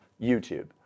YouTube